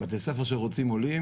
בתי ספר שרוצים עולים,